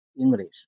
English